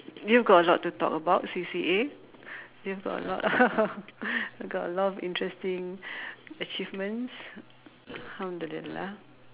you've got a lot to talk about C_C_A you've got a lot got a lot of interesting achievements alhamdulillah